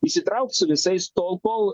įsitraukt su visais tol kol